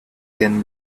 can